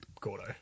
Gordo